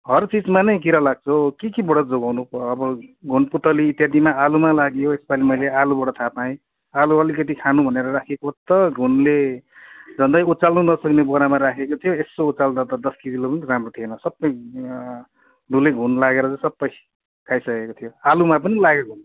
हर चिजमा नै किरा लाग्छ हो के केबाट जोगाउनु अब घुनपुतलि इत्यादिमा आलुमा लाग्यो यसपालि मैले आलुबाट थाहा पाएँ आलु अलिकति खानु भनेर राखेको त घुनले झन्नै उचाल्नु नसकेको बोरामा थियो यसो उचाल्दा त दस किलो पनि राम्रो थिएन सबै घुनै घुन लागेर त सबै खाइसकेको थियो आलुमा पनि लागेको घुन